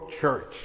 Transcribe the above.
Church